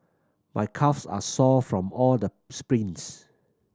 my calves are sore from all the sprints